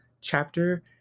chapter